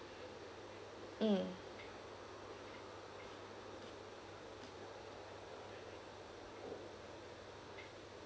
mm